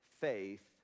faith